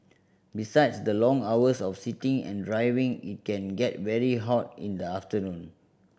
besides the long hours of sitting and driving it can get very hot in the afternoon